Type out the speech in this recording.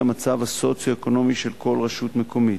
המצב הסוציו-אקונומי של כל רשות מקומית.